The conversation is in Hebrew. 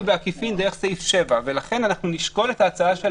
בעקיפין דרך סעיף 7, ולכן אנחנו נשקול את ההצעה של